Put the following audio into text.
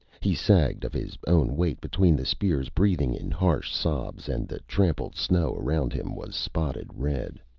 he sagged of his own weight between the spears, breathing in harsh sobs, and the trampled snow around him was spotted red.